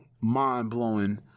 mind-blowing